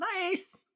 Nice